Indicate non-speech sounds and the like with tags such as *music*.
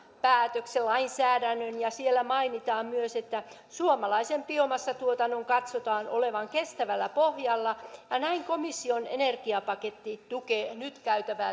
päätöksen lainsäädännön ja siellä mainitaan myös että suomalaisen biomassatuotannon katsotaan olevan kestävällä pohjalla ja näin komission energiapaketti tukee nyt käytävää *unintelligible*